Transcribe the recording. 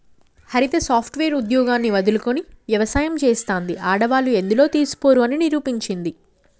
హరిత software ఉద్యోగాన్ని వదులుకొని వ్యవసాయం చెస్తాంది, ఆడవాళ్లు ఎందులో తీసిపోరు అని నిరూపించింది